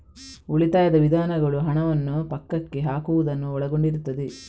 ಉಳಿತಾಯದ ವಿಧಾನಗಳು ಹಣವನ್ನು ಪಕ್ಕಕ್ಕೆ ಹಾಕುವುದನ್ನು ಒಳಗೊಂಡಿರುತ್ತದೆ